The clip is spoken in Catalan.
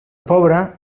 pobre